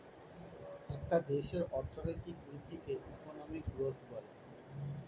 একটা দেশের অর্থনৈতিক বৃদ্ধিকে ইকোনমিক গ্রোথ বলে